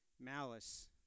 malice